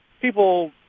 People